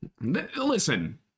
Listen